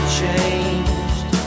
changed